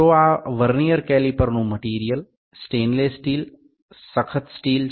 તો આ વર્નિયર કેલીપરનું મટીરીયલ સ્ટેઈનલેસ સ્ટીલ સખત સ્ટીલ છે